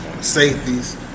Safeties